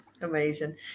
Amazing